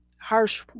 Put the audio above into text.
Harsh